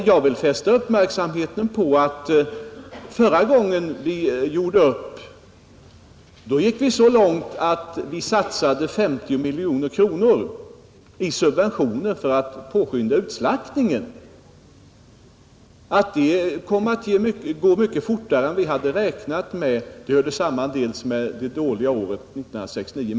Jag vill fästa uppmärksamheten på att förra gången vi gjorde upp sträckte vi oss så långt att vi satsade 50 miljoner kronor i subventioner för att påskynda utslaktningen. Att denna kom att gå mycket fortare än vi hade räknat med, hörde samman med det dåliga skördeåret 1969.